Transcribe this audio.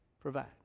provide